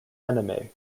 anime